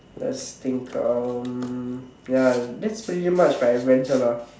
let's think um ya that's pretty much my adventure lah